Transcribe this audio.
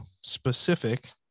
specific